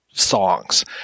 songs